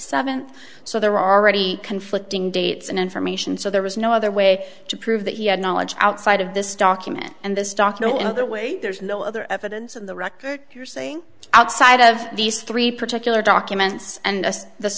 seventh so there are already conflicting dates and information so there was no other way to prove that he had knowledge outside of this document and this document and the way there's no other evidence in the record here saying outside of these three particular documents and the